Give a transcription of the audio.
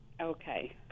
Okay